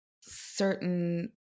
certain